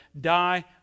die